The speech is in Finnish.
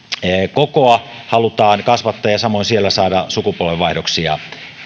kokoa halutaan kasvattaa ja samoin siellä saada sukupolvenvaihdoksia